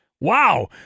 Wow